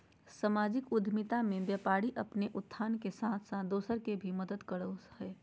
सामाजिक उद्द्मिता मे व्यापारी अपने उत्थान के साथ साथ दूसर के भी मदद करो हय